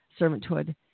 servanthood